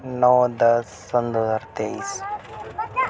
نو دس سن دو ہزار تئیس